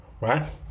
Right